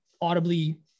audibly